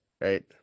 right